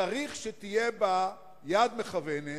צריך שתהיה בה יד מכוונת,